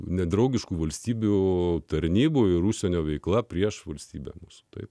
nedraugiškų valstybių tarnybų ir užsienio veikla prieš valstybę mūsų taip